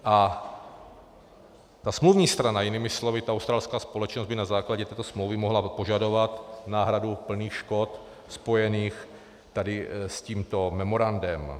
A ta smluvní strana, jinými slovy ta australská společnost, by na základě této smlouvy mohla požadovat náhradu plných škod spojených tady s tímto memorandem.